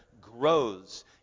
grows